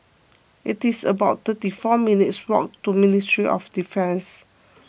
it is about thirty four minutes' walk to Ministry of Defence